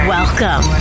Welcome